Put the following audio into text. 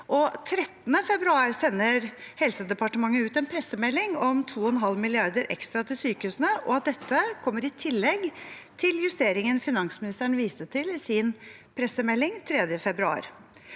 13. februar sendte Helsedepartementet ut en pressemelding om 2,5 mrd. kr ekstra til sykehusene og at dette kommer i tillegg til justeringen finansministeren viste til i sin pressemelding 3. februar.